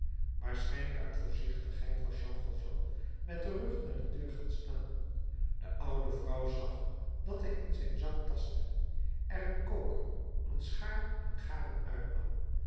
waarschijnlijk uit voorzichtigheid was jean valjean met den rug naar de deur gaan staan de oude vrouw zag dat hij in zijn zak tastte er een koker een schaar en garen uitnam